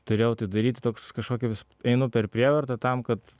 turėjau tai daryti toks kažkokį vis einu per prievartą tam kad